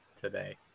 today